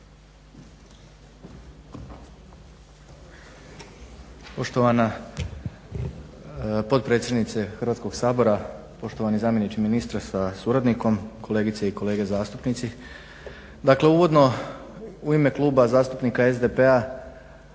Poštovana potpredsjednice Hrvatskog sabora, poštovani zamjeniče ministra sa suradnikom, kolegice i kolege zastupnici. Dakle uvodno u ime Kluba zastupnika SDP-a,